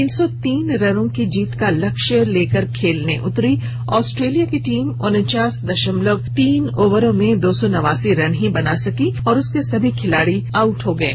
तीन सौ तीन रनों के जीत का लक्ष्य लेकर खेलने उतरी ऑस्ट्रेलिया की टीम उनचास दशमलव तीन ओवरों में दो सौ नवासी रन ही बना सकी और उसके सभी खिलाड़ी आउट हो गये